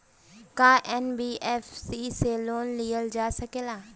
का एन.बी.एफ.सी से लोन लियल जा सकेला?